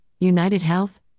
UnitedHealth